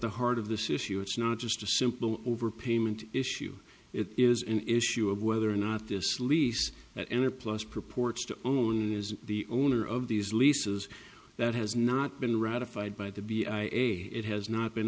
the heart of this issue it's not just a simple overpayment issue it is in issue of whether or not this lease that enter plus purports to own and is the owner of these leases that has not been ratified by the be a it has not been